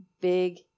Big